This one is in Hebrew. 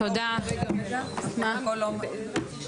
אני אשמח באמת לשמוע אותך.